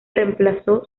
reemplazó